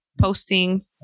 posting